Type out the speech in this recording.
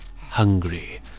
Hungry